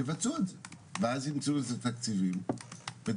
יבצעו את זה ואז ימצאו לזה תקציבים ודווקא,